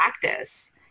practice